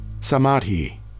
Samadhi